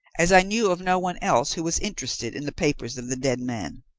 as i knew of no one else who was interested in the papers of the dead man.